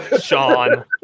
Sean